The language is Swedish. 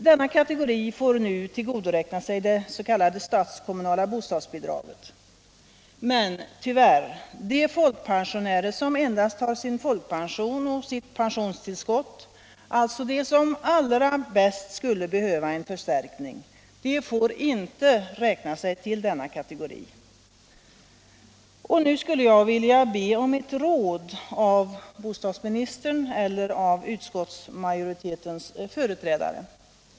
Denna kategori får nu tillgodoräkna sig det s.k. statskommunala bostadsbidraget, men — tyvärr — de folkpensionärer som endast har sin folkpension och sitt pensionstillskott, alltså de som allra bäst skulle behöva en förstärkning, de får inte räkna sig till denna kategori. Och nu skulle jag vilja be om ett råd av bostadsministern eller av utskottsmajoritetens företrädare.